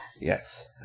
Yes